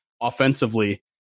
offensively